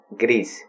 gris